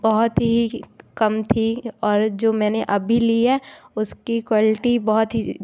बहुत ही कम थी और जो मैंने अभी ली है उसकी क्वालिटी बहुत ही